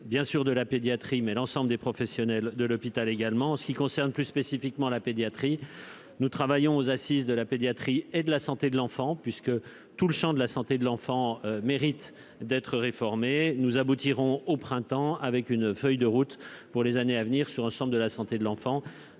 bien sûr de la pédiatrie, mais l'ensemble des professionnels de l'hôpital, également en ce qui concerne plus spécifiquement la pédiatrie nous travaillons aux assises de la pédiatrie et de la santé de l'enfant, puisque tout le Champ de la santé de l'enfant mérite d'être réformé, nous aboutirons au printemps avec une feuille de route pour les années à venir, sur un de la santé de l'enfant